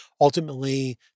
ultimately